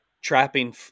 trapping